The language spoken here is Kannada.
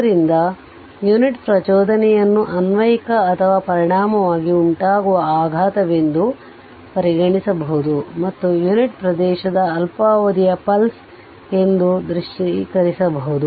ಆದ್ದರಿಂದ ಯುನಿಟ್ ಪ್ರಚೋದನೆಯನ್ನು ಅನ್ವಯಿಕ ಅಥವಾ ಪರಿಣಾಮವಾಗಿ ಉಂಟಾಗುವ ಆಘಾತವೆಂದು ಪರಿಗಣಿಸಬಹುದು ಮತ್ತು ಯುನಿಟ್ ಪ್ರದೇಶದ ಅಲ್ಪಾವಧಿಯ ಪಲ್ಸ್ ಎಂದು ದೃಶ್ಯೀಕರಿಸಬಹುದು